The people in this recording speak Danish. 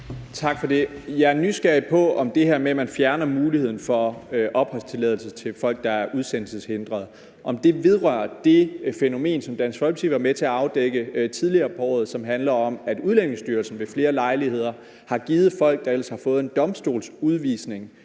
Tak for det. Jeg er nysgerrig på, om det her med, at man fjerner muligheden for opholdstilladelse til folk, der er udsendelseshindret, vedrører det fænomen, som Dansk Folkeparti var med til at afdække tidligere på året, og som handler om, at Udlændingestyrelsen ved flere lejligheder har givet folk, der ellers havde fået en domstols